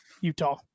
Utah